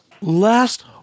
Last